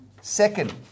Second